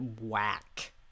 whack